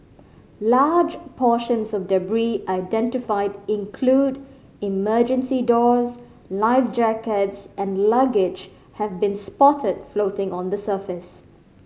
large portions of identified include emergency doors life jackets and luggage have been spotted floating on the surface